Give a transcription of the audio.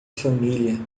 família